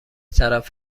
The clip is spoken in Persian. طرف